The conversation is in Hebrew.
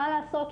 מה לעשות,